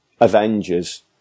Avengers